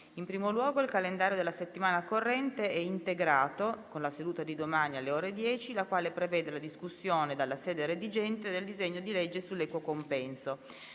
In primo luogo, il calendario della settimana corrente è integrato con la seduta di domani, alle ore 10, la quale prevede la discussione, dalla sede redigente, del disegno di legge sull'equo compenso,